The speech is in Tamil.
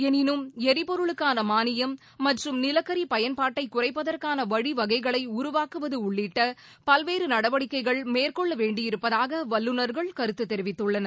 எனினும் எரிபொருளுக்கான மானியம் மற்றும் நிலக்கரி பயன்பாட்டை குறைப்பதற்கான வழிவகைகளை உருவாக்குவது உள்ளிட்ட பல்வேறு நடவடிக்கைகள் மேற்கொள்ள வேண்டியிருப்பதாக வல்லுநர்கள் கருத்து தெரிவித்துள்ளனர்